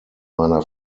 meiner